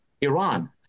iran